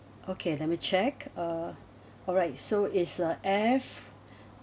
okay let me check uh alright so is a F